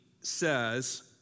says